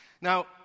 Now